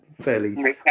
fairly